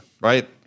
right